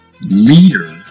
leader